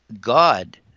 God